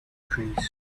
trees